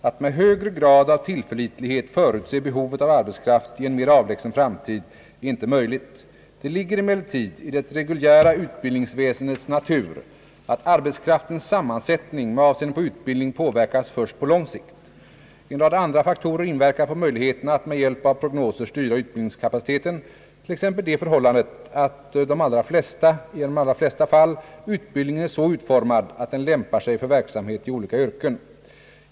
Att med högre grad av tillförlitlighet förutse behovet av arbetskraft i en mer avlägsen framtid är inte möjligt. Det ligger emellertid i det reguljära utbildningsväsendets natur att arbetskraftens sammansättning med avseende på utbildning påverkas först på lång sikt. En rad andra faktorer inverkar på möjligheterna att med hjälp av prognoser styra utbildningskapaciteten, t.ex. det förhållandet att i de allra flesta fall utbildningen är så utformad att den lämpar sig för verksamhet i olika yrken.